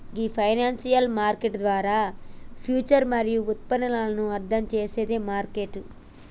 ఈ financial market ద్వారా future మరియు ఉత్పన్నాలను అర్థం చేసేది మార్కెట్